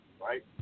right